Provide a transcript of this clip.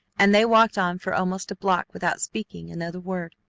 and they walked on for almost a block without speaking another word.